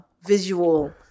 visual